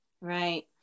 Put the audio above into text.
Right